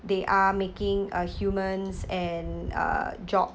they are making a human's and uh job